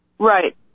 Right